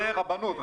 זה רבנות.